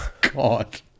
God